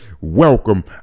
welcome